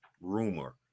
rumor